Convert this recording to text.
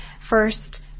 first